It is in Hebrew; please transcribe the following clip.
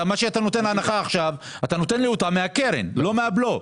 אתה נותן לי עכשיו הנחה מהקרן, לא מהבלו.